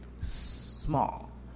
small